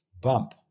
bump